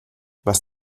was